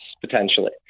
potentially